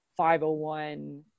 501